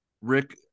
Rick